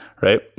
right